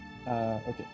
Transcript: okay